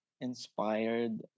inspired